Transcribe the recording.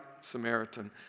Samaritan